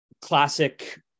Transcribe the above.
classic